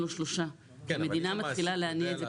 אם לא שלושה' והמדינה מתחילה להניע את זה קדימה.